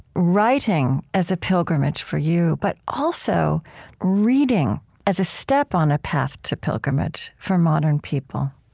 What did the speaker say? writing as a pilgrimage for you, but also reading as a step on a path to pilgrimage for modern people.